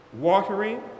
watering